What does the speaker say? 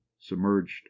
submerged